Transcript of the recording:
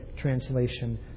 translation